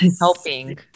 helping